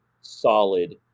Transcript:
solid